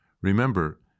Remember